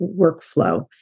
workflow